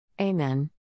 Amen